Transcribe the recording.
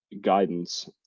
guidance